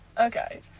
Okay